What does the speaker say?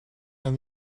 and